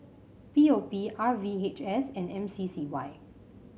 P O P R V H S and M C C Y